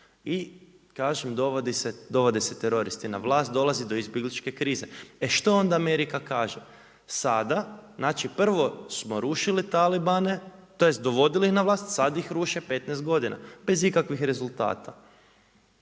I kažem dovode se teroristi na vlast, dolazi do izbjegličke krize. E što onda Amerika kaže? Sada, znači prvo smo rušili talibane, tj. dovodili ih na vlast, sad ih ruše 15 godina bez ikakvih rezultata,